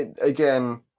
again